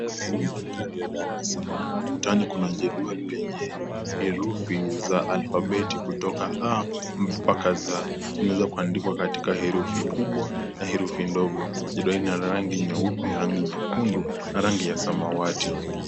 Hii ni mandhari ya darasa. Ukutani kuna jedwali lenye herufi za alfabeti kutoka a mpaka z. Imeweza kuandikwa katika herufi kubwa na herufi ndogo. Hii, ina rangi nyeupe, rangi nyekundu na rangi ya samawati.